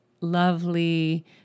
lovely